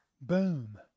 Boom